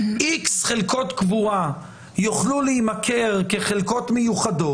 X חלקות קבורה יוכלו להימכר כחלקות מיוחדות.